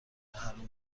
حروم